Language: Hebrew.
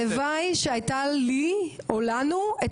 הלוואי שהיית לי או לנו את